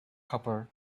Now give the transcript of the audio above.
copper